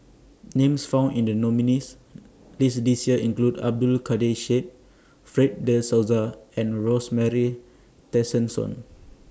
Names found in The nominees' list This Year include Abdul Kadir Syed Fred De Souza and Rosemary Tessensohn